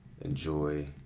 enjoy